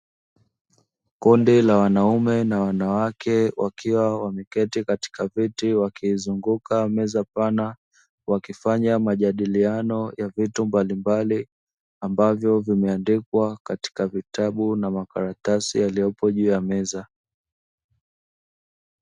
Kundi la wanaume na wanawake wakiwa wameizunguka meza pana, wakifanya majadiliano ya vitu mbalimbali ambavyo vimeandikwa katika vitabu na makaratasi yaliyopo juu ya meza.